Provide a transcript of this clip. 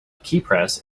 keypress